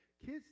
Kids